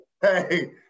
hey